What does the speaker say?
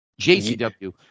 JCW